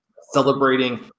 celebrating